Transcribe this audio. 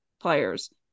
players